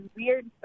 weird